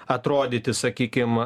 atrodyti sakykim